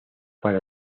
para